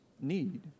need